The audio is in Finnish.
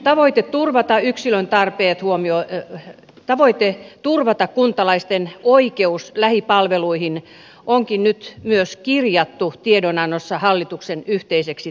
tavoite turvata yksilön tarpeet huomioon että tavoitteet turvata kuntalaisten oikeus lähipalveluihin onkin nyt myös kirjattu tiedonannossa hallituksen yhteiseksi tavoitteeksi